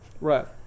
Right